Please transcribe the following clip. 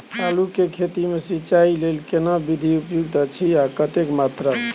आलू के खेती मे सिंचाई लेल केना विधी उपयुक्त अछि आ कतेक मात्रा मे?